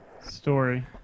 story